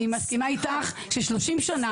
אני מסכימה איתך, 30 שנה.